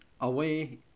away